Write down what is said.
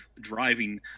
driving